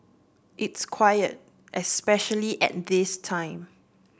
it's quiet especially at this time